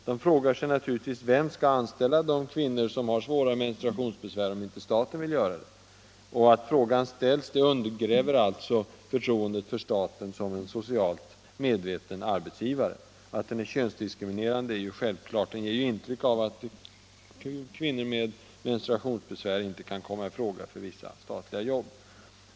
De frågar sig naturligtvis: Vem skall anställa de kvinnor som har svåra menstruationsbesvär, om inte staten vill göra det? Att frågan ställs undergräver alltså förtroendet för staten som en socialt ansvarsmedveten arbetsgivare. Att den är könsdiskriminerande är självklart — den ger ju intryck av att kvinnor med menstruationsbesvär inte kan komma i fråga för vissa statliga jobb.